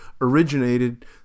originated